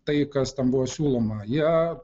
tai kas ten buvo siūloma jie